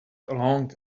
along